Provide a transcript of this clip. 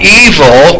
evil